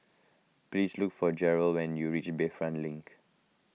please look for Gerold when you reach Bayfront Link